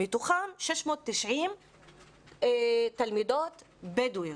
מתוכן 690 תלמידות בדואיות,